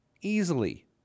easily